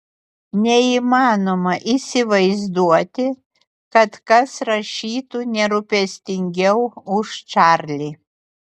neįmanoma įsivaizduoti kad kas rašytų nerūpestingiau už čarlį